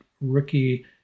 rookie